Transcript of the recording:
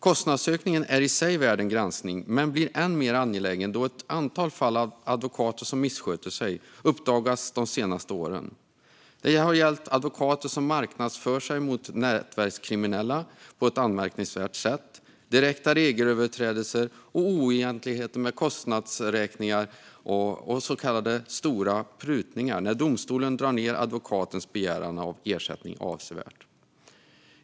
Kostnadsökningen är i sig värd en granskning men blir än mer angelägen då ett antal fall av advokater som missköter sig uppdagats de senaste åren. Det har gällt advokater som marknadsför sig mot nätverkskriminella på ett anmärkningsvärt sätt, direkta regelöverträdelser, oegentligheter med kostnadsräkningar och stora så kallade prutningar, när domstolen drar ned advokatens begäran av ersättning avsevärt.